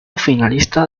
finalista